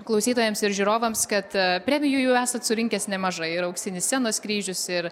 klausytojams ir žiūrovams kad premijų jau esat surinkęs nemažai ir auksinį scenos kryžius ir